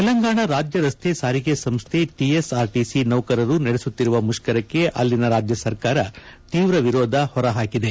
ತೆಲಂಗಾಣ ರಾಜ್ಯ ರಸ್ತೆ ಸಾರಿಗೆ ಸಂಸ್ಡೆ ಟಿಎಸ್ಆರ್ಟಿಸಿ ನೌಕರರು ನಡೆಸುತ್ತಿರುವ ಮುಷ್ಕರಕ್ಕೆ ಅಲ್ಲಿನ ರಾಜ್ಯ ಸರ್ಕಾರ ತೀವ್ರ ವಿರೋಧ ಹೊರಹಾಕಿದೆ